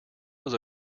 was